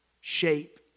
shape